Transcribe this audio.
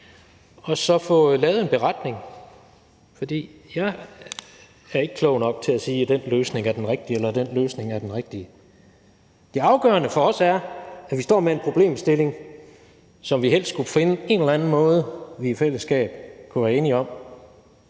og så få lavet en beretning. For jeg er ikke klog nok til at sige, at den løsning er den rigtige, eller den løsning er den rigtige. Det afgørende for os er, at vi står med en problemstilling, og vi skulle helst finde en eller anden måde, vi i fællesskab kunne være enige om